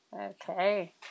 Okay